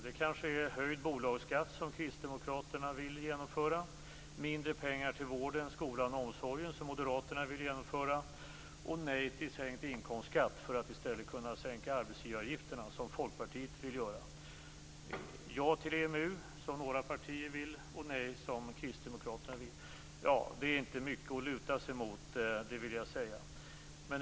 Det kanske är höjd bolagsskatt, som Kristdemokraterna vill genomföra, mindre pengar till vården, skolan och omsorgen, som Moderaterna vill genomföra, och nej till sänkt inkomstskatt för att i stället kunna sänka arbetsgivaravgifterna, som Folkpartiet vill göra. Är det kanske ja till EMU, som några partier vill, eller nej till EMU, som Kristdeomkraterna vill? Detta är inte mycket att luta sig mot.